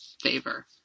favor